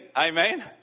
amen